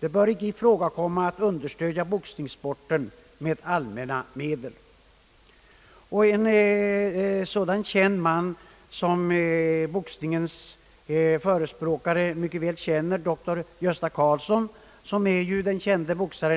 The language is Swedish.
Det bör icke komma ifråga att understödja boxningssporten med allmänna medel.» En man som boxningens förespråkare mycket väl känner, doktor Gösta Karlsson,